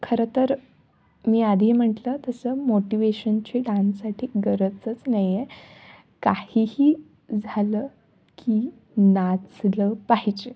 खरंतर मी आधीही म्हटलं तसं मोटिवेशनची डान्ससाठी गरजच नाही आहे काहीही झालं की नाचलं पाहिजे